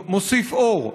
מוסיף אור: